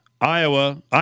Iowa